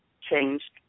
changed